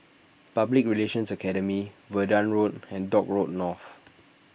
Public Relations Academy Verdun Road and Dock Road North